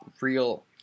real